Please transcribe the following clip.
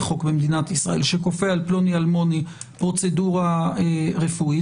חוק במדינת ישראל שכופה על פלוני אלמוני פרוצדורה רפואית.